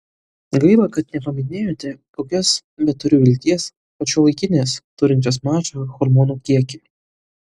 gaila kad nepaminėjote kokias bet turiu vilties kad šiuolaikines turinčias mažą hormonų kiekį